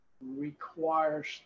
requires